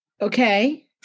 Okay